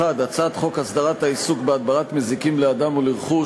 הצעת חוק הסדרת העיסוק בהדברת מזיקים לאדם ולרכוש,